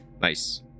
Nice